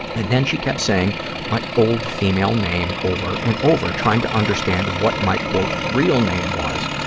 and then she kept saying my old female name over and over, trying to understand what my, quote, real name was.